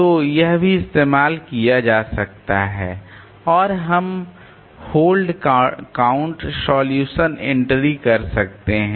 तो यह भी इस्तेमाल किया जा सकता है और हम होल्ड काउंट सॉल्यूशन एंट्री कर सकते हैं